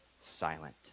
silent